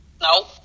No